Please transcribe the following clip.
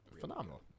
Phenomenal